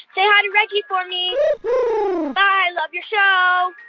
say hi to reggie for me bye. i love your show